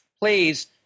please